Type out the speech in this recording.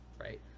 right